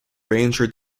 ranger